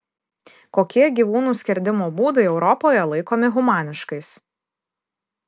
kokie gyvūnų skerdimo būdai europoje laikomi humaniškais